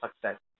success